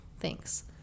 Thanks